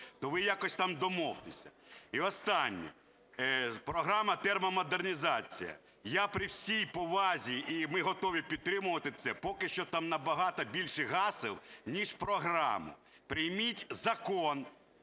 То ви якось там домовтеся. І останнє – програма термомодернізації. Я, при всій повазі, і ми готові підтримувати це, поки що там набагато більше гасел ніж програми. Прийміть закон,